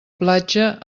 platja